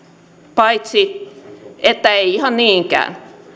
paitsi että ei ihan niinkään